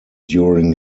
during